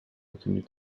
reconnue